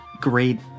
great